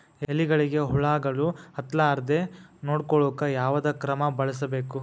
ಎಲೆಗಳಿಗ ಹುಳಾಗಳು ಹತಲಾರದೆ ನೊಡಕೊಳುಕ ಯಾವದ ಕ್ರಮ ಬಳಸಬೇಕು?